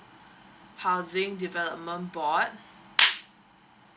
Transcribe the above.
housing development board